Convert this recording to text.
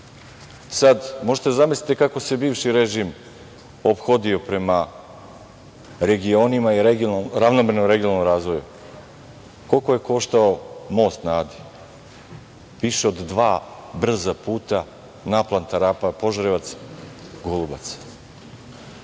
možete da zamislite kako se bivši režim ophodio prema regionima i ravnomernom regionalnom razvoju. Koliko je koštao "Most na Adi"? Više od dva brza puta naplatna rampa Požarevac-Golubac.U